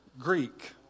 Greek